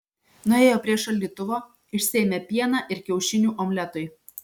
nuėjo prie šaldytuvo išsiėmė pieną ir kiaušinių omletui